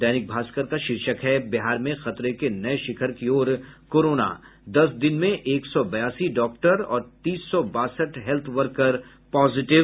दैनिक भास्कर का शीर्षक है बिहार में खतरे के नये शिखर की ओर कोरोना दस दिन में एक सौ बयासी डॉक्टर और तीस सौ बासठ हेल्थ वर्कर पॉजिटिव